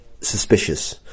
suspicious